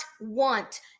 want